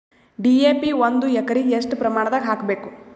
DAP ಒಂದು ಎಕರಿಗ ಎಷ್ಟ ಪ್ರಮಾಣದಾಗ ಹಾಕಬೇಕು?